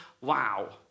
wow